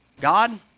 God